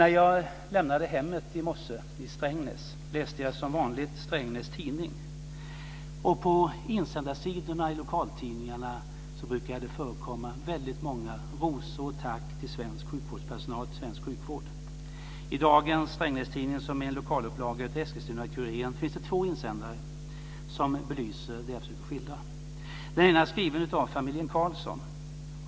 När jag lämnade hemmet i morse i Strängnäs läste jag som vanligt Strengnäs Tidning. På insändarsidorna i lokaltidningarna brukar det förekomma många rosor och tack till svensk sjukvårdspersonal och svensk sjukvård. I dagens Strengnäs Tidning, som är en lokalupplaga av Eskilstuna-Kuriren, finns det två insändare som belyser det jag försöker att skildra. Den ena insändaren är skriven av familjen Carlsson.